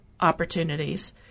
opportunities